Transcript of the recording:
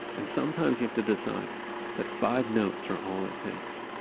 and sometimes you have to decide that five notes are all it takes.